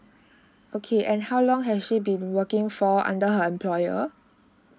okay and how long has she been working for under her employer